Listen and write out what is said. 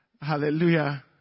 Hallelujah